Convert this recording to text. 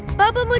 papa, like